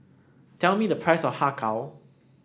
tell me the price of Har Kow